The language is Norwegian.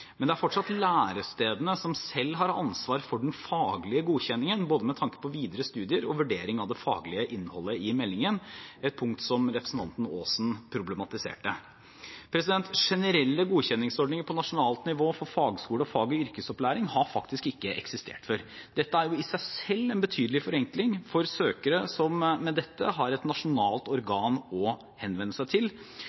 Men det er fortsatt lærestedene selv som har ansvar for den faglige godkjenningen, både med tanke på videre studier og vurdering av det faglige innholdet i utdanningen – et punkt som representanten Aasen problematiserte. Generelle godkjenningsordninger på nasjonalt nivå for fagskoler og fag- og yrkesopplæring har faktisk ikke eksistert før. Dette er i seg selv en betydelig forenkling for søkere, som med dette har ett nasjonalt